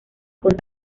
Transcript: con